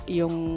yung